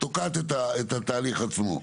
תוקעת את התהליך עצמו.